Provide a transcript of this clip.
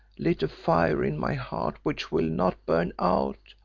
lit a fire in my heart which will not burn out,